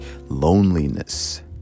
loneliness